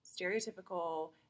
stereotypical